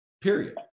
period